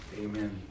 amen